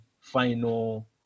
final